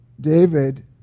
David